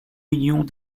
millions